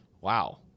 Wow